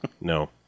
No